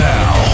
Now